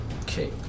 Okay